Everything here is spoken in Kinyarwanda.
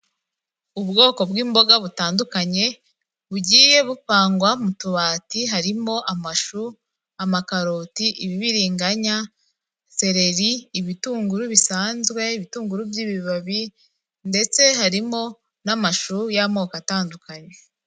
Ubwoko bw'imboga butandukanye bugiye bupangwa mu tubati harimo amashu, amakaroti, ibibiriganya, seleri ibitunguru bisanzwe, ibitunguru by'ibibabi ndetse harimo n'amashu y'amoko atandukanye.